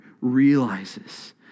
realizes